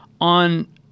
On